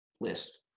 list